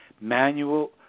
manual